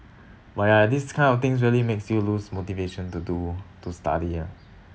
but like this kind of things really makes you lose motivation to do to study ah